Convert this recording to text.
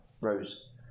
Rose